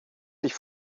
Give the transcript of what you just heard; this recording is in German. sich